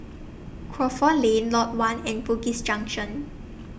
Crawford Lane Lot one and Bugis Junction